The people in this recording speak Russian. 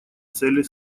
целей